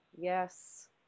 Yes